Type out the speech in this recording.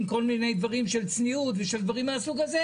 עם כל מיני דברים של צניעות ודברים מהסוג הזה.